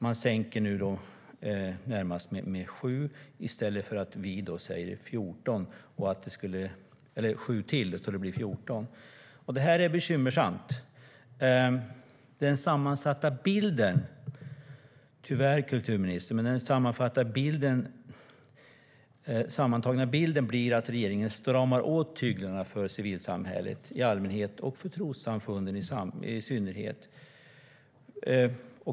Man sänker med ytterligare 7 miljoner så att det blir 14. Sänkningen är bekymmersam. Den sammantagna bilden, kulturministern, blir tyvärr att regeringen stramar åt tyglarna för civilsamhället i allmänhet och för trossamfunden i synnerhet.